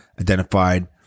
identified